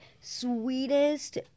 sweetest